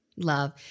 Love